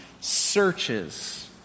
searches